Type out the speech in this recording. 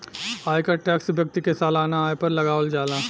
आयकर टैक्स व्यक्ति के सालाना आय पर लागावल जाला